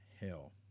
hell